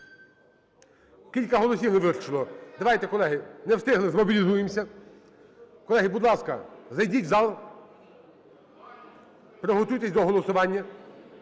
Кілька голосів не вистачило. Давайте колеги… Не встигли? Змобілізуємося. Колеги, будь ласка, зайдіть в зал, приготуйтесь до голосування.